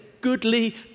goodly